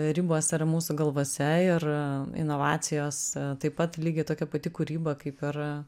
ribos yra mūsų galvose ir inovacijos taip pat lygiai tokia pati kūryba kaip ir